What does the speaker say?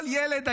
כל ילד היום,